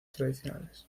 tradicionales